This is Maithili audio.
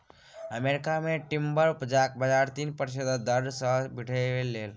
अमेरिका मे टिंबर उपजाक बजार तीन प्रतिशत दर सँ बढ़लै यै